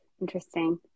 Interesting